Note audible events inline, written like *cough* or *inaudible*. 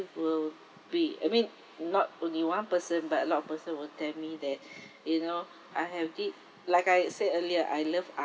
will be I mean not only one person but a lot of person will tell me that *breath* you know I have did like I said earlier I love